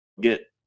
get